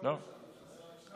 לא,